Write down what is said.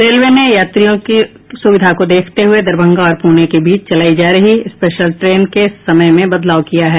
railway ने यात्रियों की सुविधा को देखते हुये दरभंगा और पुणे के बीच चलाई जा रही स्पेशल ट्रेन के समय में बदलाव किया है